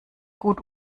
gut